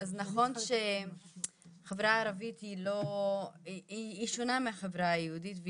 אז נכון שהחברה הערבית היא שונה מהחברה היהודית,